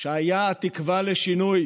שהיה התקווה לשינוי